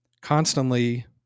constantly